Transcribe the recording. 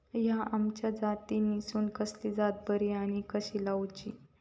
हया आम्याच्या जातीनिसून कसली जात बरी आनी कशी लाऊची?